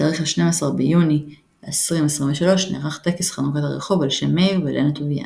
בתאריך 12 ביוני 2023 נערך טקס חנוכת הרחוב על שם מאיר ולנה טוביאנסקי.